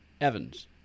Evans